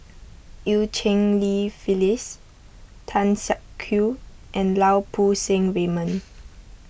Eu Cheng Li Phyllis Tan Siak Kew and Lau Poo Seng Raymond